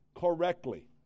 correctly